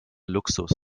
luxus